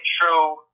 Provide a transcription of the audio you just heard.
true